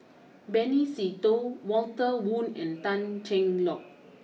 Benny Se Teo Walter Woon and Tan Cheng Lock